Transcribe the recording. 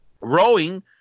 Rowing